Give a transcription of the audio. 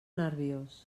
nerviós